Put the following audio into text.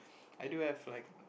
I do have like